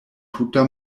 tuta